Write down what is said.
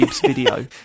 video